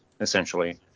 essentially